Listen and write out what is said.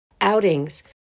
outings